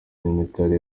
nyamitari